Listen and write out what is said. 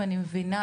אני מבינה,